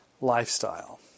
lifestyle